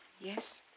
Yes